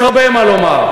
יש הרבה מה לומר.